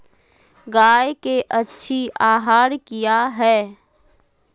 गाय के अच्छी आहार किया है?